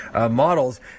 models